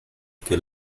que